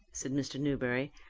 said mr. newberry,